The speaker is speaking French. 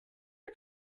que